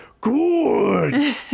good